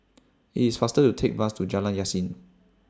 IT IS faster to Take Bus to Jalan Yasin